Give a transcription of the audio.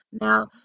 Now